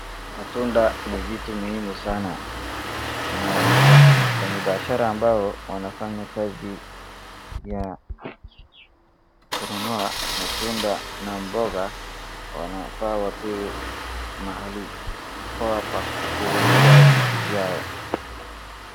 Matunda ni vitu muhimu sana. Na wanaofanya biashara ambao wanafanya kazi ya kununua matunda na mboga, wanafaa wapiliwe mahali poa pa kuuzia vitu vyao.